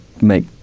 make